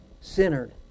Centered